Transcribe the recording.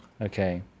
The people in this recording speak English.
Okay